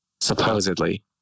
supposedly